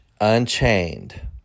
Unchained